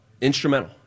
Instrumental